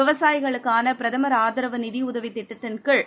விவசாயிகளுக்கானபிரதமர் ஆதரவு நிதியுதவிதிட்டத்தின்கீழ்